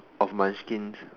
of my skin